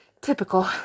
Typical